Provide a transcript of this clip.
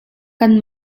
kan